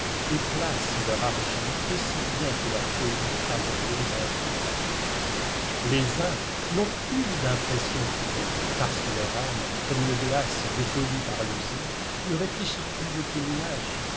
et placent leur argent aussi bien que leurs folies à gros intérêts les uns n'ont plus d'impressions fidèles parce que leur âme comme une glace dépolie par l'user ne réfléchit plus aucune image